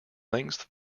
lengths